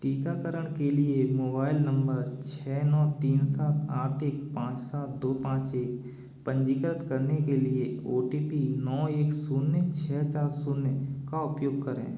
टीकाकरण के लिए मोबाइल नम्बर छः नौ तीन सात आठ एक पाँच सात दो पाँच एक पंजीकृत करने के लिए ओ टी पी नौ एक शून्य छः चार शून्य का उपयोग करें